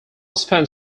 spent